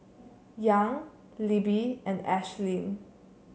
Young Libby and Ashlynn